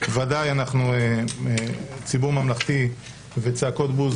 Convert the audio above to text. ועדיין אנחנו ציבור ממלכתי וצעקות בוז